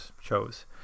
chose